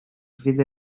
fydd